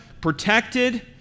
protected